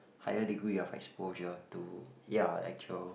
higher degree of exposure to ya actual